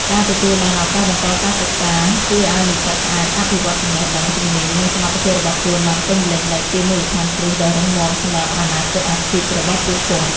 ការទទួលបាន ឱកាសបន្តការសិក្សា ជួយឲ្យនិស្សិតអាច អភិវឌ្ឍន៍ចំណេះដឹង ជំនាញ និង សមត្ថភាពរបស់ខ្លួនបានពេញលេញ ដែលជា មូលដ្ឋានគ្រឹះដ៏រឹងមាំ សម្រាប់ អនាគតអាជីព របស់ពួកគាត់។